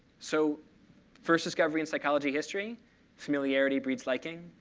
so first discovery in psychology history familiarity breeds liking.